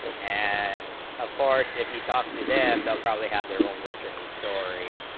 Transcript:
and of course if you talk to them that probably have their own versions story,